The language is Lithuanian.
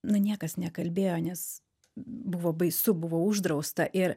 na niekas nekalbėjo nes buvo baisu buvo uždrausta ir